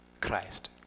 Christ